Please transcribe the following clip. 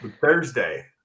thursday